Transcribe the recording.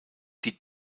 die